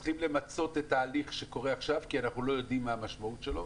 צריך למצות את ההליך שקורה עכשיו כי אנחנו לא יודעים מה המשמעות שלו.